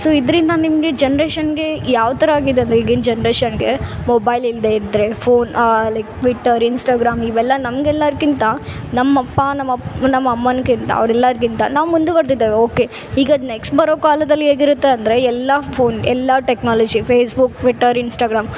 so ಇದ್ರಿಂದ ನಿಮಗೆ ಜನ್ರೇಷನ್ಗೆ ಯಾವ ಥರ ಆಗಿದೆ ಅಂದರೆ ಈಗಿನ ಜನ್ರೇಷನ್ಗೆ ಮೊಬೈಲ್ ಇಲ್ದೆಇದ್ರೆ ಫೋನ್ ಲೈಕ್ ಟ್ವಿಟರ್ ಇನ್ಸ್ಟಾಗ್ರಾಮ್ ಇವೆಲ್ಲ ನಮಗೆಲ್ಲರ್ಕ್ಕಿಂತ ನಮ್ಮಅಪ್ಪ ನಮ್ಮ ನಮ್ಮ ಅಮ್ಮನ್ಕಿಂತ ಅವ್ರೆಲ್ಲರ್ಗಿಂತ ನಾವು ಮುಂದುವರ್ದಿದ್ದೇವೆ ಓಕೆ ಈಗ ನೆಕ್ಸ್ಟ್ ಬರೋ ಕಾಲದಲ್ಲಿ ಹೇಗಿರತ್ತೆ ಅಂದರೆ ಎಲ್ಲ ಫೋನ್ ಎಲ್ಲ ಟೆಕ್ನಾಲಜಿ ಫೇಸ್ಬುಕ್ ಟ್ವಿಟರ್ ಇನ್ಸ್ಟಾಗ್ರಾಮ್